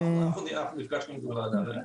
אנחנו נפגשנו בוועדה.